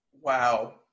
Wow